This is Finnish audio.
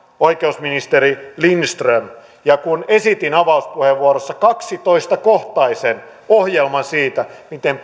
oikeusministeri lindström ja kun esitin avauspuheenvuorossa kaksitoista kohtaisen ohjelman siitä miten